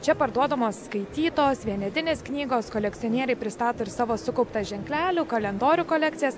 čia parduodamos skaitytos vienetinės knygos kolekcionieriai pristato ir savo sukauptas ženklelių kalendorių kolekcijas